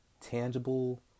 tangible